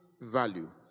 value